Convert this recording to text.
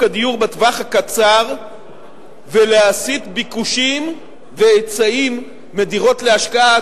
הדיור בטווח הקצר ולהסיט ביקושים והיצעים מדירות להשקעה,